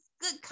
good